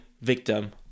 victim